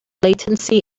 latency